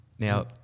Now